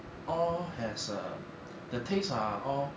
all has err the taste are all